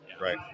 Right